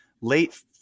late